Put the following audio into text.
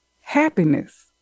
Happiness